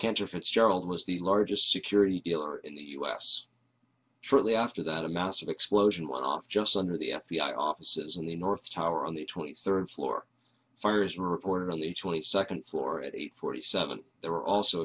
cantor fitzgerald was the largest security dealer in the us truly after that a massive explosion went off just under the f b i offices in the north tower on the twenty third floor fire is reported on the twenty second floor at eight forty seven there were also